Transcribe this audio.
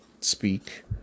speak